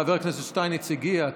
חבר הכנסת שטייניץ הגיע,